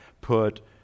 put